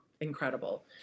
incredible